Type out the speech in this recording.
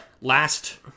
Last